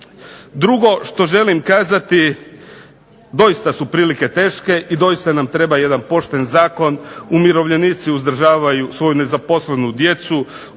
Drugo što želim kazati, doista su prilike teške i doista nam treba jedan pošten zakon. Umirovljenici uzdržavaju svoju nezaposlenu djecu,